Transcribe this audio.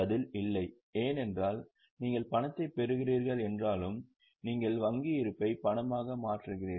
பதில் இல்லை ஏனென்றால் நீங்கள் பணத்தைப் பெறுகிறீர்கள் என்றாலும் நீங்கள் வங்கி இருப்பை பணமாக மாற்றுகிறீர்கள்